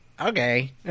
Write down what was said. Okay